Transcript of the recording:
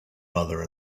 mother